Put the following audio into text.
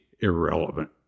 irrelevant